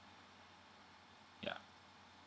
ya